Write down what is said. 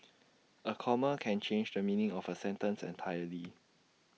A comma can change the meaning of A sentence entirely